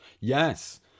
Yes